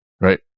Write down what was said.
right